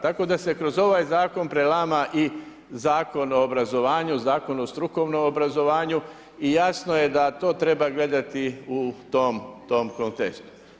Tako da se kroz ovaj zakon prelama i Zakon o obrazovanju, Zakon o strukovnom obrazovanju i jasno je da to treba gledati u tom kontekstu.